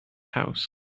house